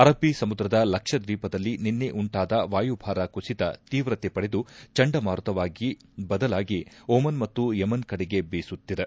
ಅರಲ್ಲಿ ಸಮುದ್ರದ ಲಕ್ಷಧ್ನೀಪದಲ್ಲಿ ನಿನ್ನೆ ಉಂಟಾದ ವಾಯುಭಾರ ಕುಸಿತ ತೀವ್ರತೆ ಪಡೆದು ಚಂಡಮಾರುತವಾಗಿ ಬದಲಾಗಿ ಒಮನ್ ಮತ್ತು ಯೆಮನ್ ಕಡೆಗೆ ಬೀಸುತ್ತಿದೆ